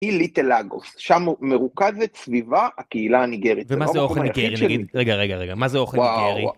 ‫היא ליטל אגוס, שם מרוכזת סביבה ‫הקהילה הניגרית. ‫ומה זה אוכל ניגרי, נגיד? ‫רגע, רגע, רגע, מה זה אוכל ניגרי?